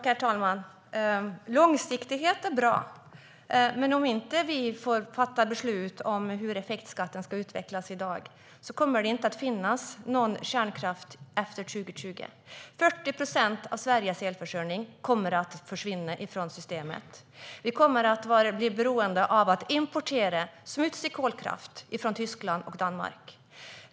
Herr talman! Långsiktighet är bra. Men om vi inte får fatta beslut om hur effektskatten ska utvecklas i dag kommer det inte att finnas någon kärnkraft efter 2020. 40 procent av Sveriges elförsörjning kommer att försvinna från systemet. Vi kommer att bli beroende av att importera smutsig kolkraft från Tyskland och Danmark.